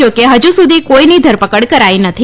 જોકે હજી સુધી કોઈની ધરપકડ કરાઈ નથી